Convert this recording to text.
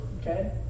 okay